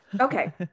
okay